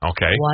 Okay